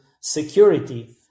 security